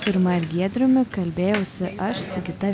rima ir giedriumi kalbėjausi aš sigita